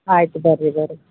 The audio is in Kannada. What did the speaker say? ಆಯಿತು ಬನ್ರಿ ಬನ್ರಿ